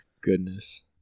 Goodness